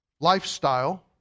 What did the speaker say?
Lifestyle